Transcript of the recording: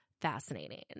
Fascinating